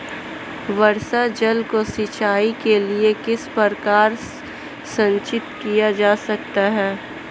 वर्षा जल को सिंचाई के लिए किस प्रकार संचित किया जा सकता है?